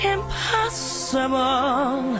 Impossible